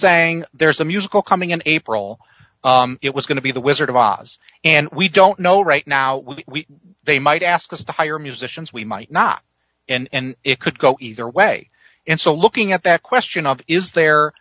saying there's a musical coming in april it was going to be the wizard of oz and we don't know right now we they might ask us to hire musicians we might not and it could go either way and so looking at that question of is the